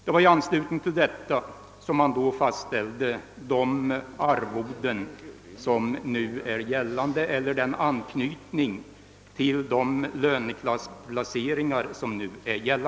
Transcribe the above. I anslutning till detta fastställdes nu gällande anknytning till vissa löneklassplaceringar.